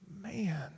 Man